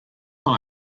then